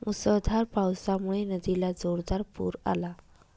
मुसळधार पावसामुळे नदीला जोरदार पूर आला